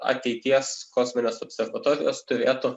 ateities kosminės observatorijos turėtų